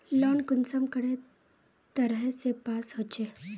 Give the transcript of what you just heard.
Loan कुंसम करे तरह से पास होचए?